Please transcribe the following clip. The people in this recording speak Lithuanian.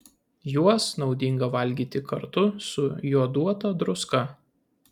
juos naudinga valgyti kartu su joduota druska